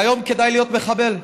והיום כדאי להיות מחבל,